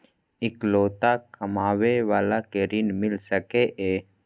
इकलोता कमाबे बाला के ऋण मिल सके ये?